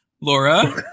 Laura